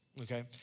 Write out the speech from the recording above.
Okay